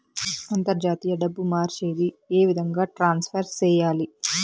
అంతర్జాతీయ డబ్బు మార్చేది? ఏ విధంగా ట్రాన్స్ఫర్ సేయాలి?